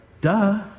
duh